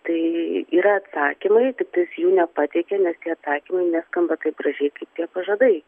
tai yra atsakymai tiktais jų nepateikia nes tie atsakymai neskamba taip gražiai kaip tie pažadai